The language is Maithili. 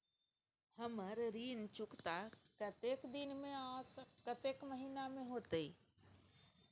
हमर ऋण चुकता कतेक दिन में आ कतेक महीना में होतै?